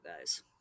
guys